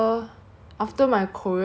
七八月去年